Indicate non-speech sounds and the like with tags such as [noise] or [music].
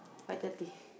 five thirty [breath]